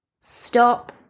Stop